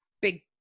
big